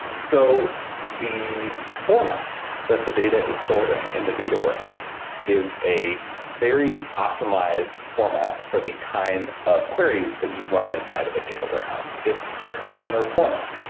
so the format that the data is stored in in the data warehouse is a very optimized format for the kind of queries that you run inside of a data warehouse. it's a columnar format.